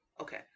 okay